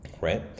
right